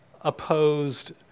opposed